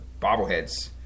bobbleheads